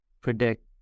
predict